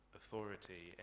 authority